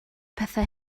pethau